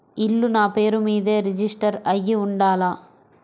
ఇల్లు నాపేరు మీదే రిజిస్టర్ అయ్యి ఉండాల?